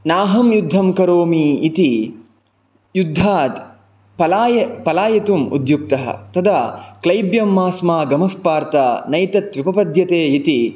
नाहं युद्धं करोमि इति युद्धात् पलायितुम् उद्युक्तः तदा क्लैब्यं मा स्म गमः पार्थ नैतत्त्वय्युपपद्यते इति